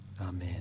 Amen